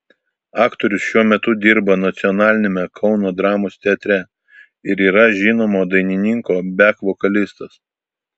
aktorius šiuo metu dirba nacionaliniame kauno dramos teatre ir yra žinomo dainininko bek vokalistas